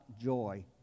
joy